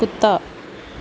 ਕੁੱਤਾ